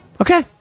Okay